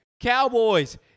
Cowboys